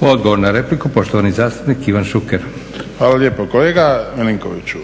**Leko, Josip (SDP)** Odgovor na repliku, poštovani zastupnik Ivan Šuker. **Šuker, Ivan (HDZ)** Hvala lijepo. Kolega Milinkoviću,